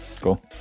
cool